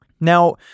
Now